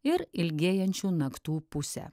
ir ilgėjančių naktų pusę